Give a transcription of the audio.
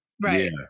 right